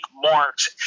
marks